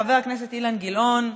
חבר הכנסת אילן גילאון,